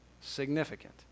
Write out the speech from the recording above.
significant